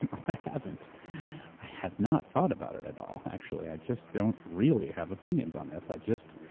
and i haven't. i have not thought about it at all. actually. i just don't really have opinions on this. i just,